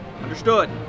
Understood